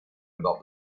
about